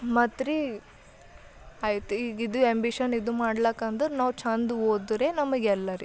ಮತ್ತು ರೀ ಆಯ್ತು ಈಗ ಇದು ಆ್ಯಂಬಿಷನ್ ಇದು ಮಾಡ್ಲಾಕಂದ್ರ ನಾವು ಛಂದ್ ಓದಿದ್ರೆ ನಮಗೆ ಎಲ್ಲ ರೀ